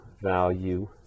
value